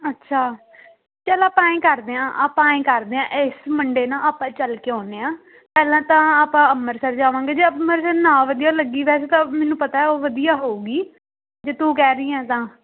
ਅੱਛਾ ਚਲੋ ਆਪਾਂ ਐਂ ਕਰਦੇ ਹਾਂ ਆਪਾਂ ਐਂ ਕਰਦੇ ਹਾਂ ਇਸ ਮੰਡੇ ਨਾ ਆਪਾਂ ਚੱਲ ਕੇ ਆਉਂਦੇ ਹਾਂ ਪਹਿਲਾਂ ਤਾਂ ਆਪਾਂ ਅੰਮ੍ਰਿਤਸਰ ਜਾਵਾਂਗੇ ਜੇ ਅੰਮ੍ਰਿਤਸਰ ਨਾ ਵਧੀਆ ਲੱਗੀ ਵੈਸੇ ਤਾਂ ਮੈਨੂੰ ਪਤਾ ਉਹ ਵਧੀਆ ਹੋਊਗੀ ਜੇ ਤੂੰ ਕਹਿ ਰਹੀ ਹੈ ਤਾਂ